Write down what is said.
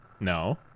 No